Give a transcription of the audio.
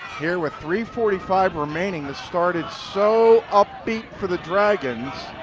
here with three forty five remaining, this started so upbeat for the dragons.